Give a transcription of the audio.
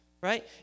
right